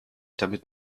damit